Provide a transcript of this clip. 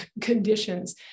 conditions